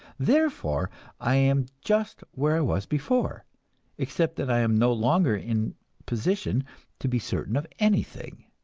therefore i am just where i was before except that i am no longer in position to be certain of anything.